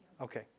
Okay